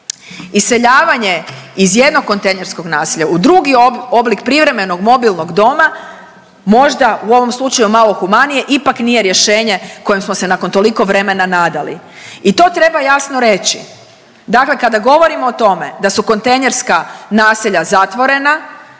Iseljavanja iz jednog kontejnerskog naselja u drugi oblik privremenog mobilnog doma možda u ovom slučaju malo humanije ipak nije rješenje kojem smo se nakon toliko vremena nadali. I to treba jasno reći, dakle kada govorimo o tome da su kontejnerska naselja zatvorena,